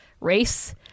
race